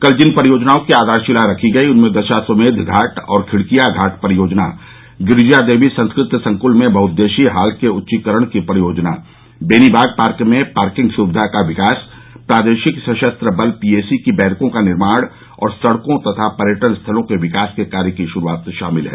कल जिन परियोजनाओं की आधारशिला रखी गई उनमें दशाश्वमेध घाट और खिड़किया घाट परियोजनाएं गिरिजा देवी संस्कृत संकुल में बह् उद्देश्यीय हॉल के उच्चीकरण की परियोजना बेनियाबाग पार्क में पार्किंग सुविधा का विकास प्रादेशिक सशस्त्र बल पीएसी की बैरकों का निर्माण और सड़कों तथा पर्यटन स्थलों के विकास के कार्य की शुरुआत शामिल हैं